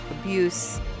abuse